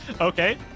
Okay